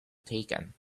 taken